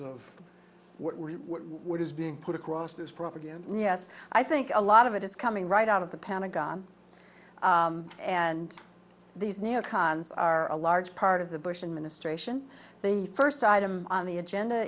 of what is being put across this property and yes i think a lot of it is coming right out of the pentagon and these neo cons are a large part of the bush administration the first item on the agenda